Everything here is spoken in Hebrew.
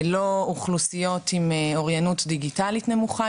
לא אוכלוסיות עם אוריינות דיגיטלית נמוכה